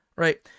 Right